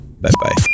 Bye-bye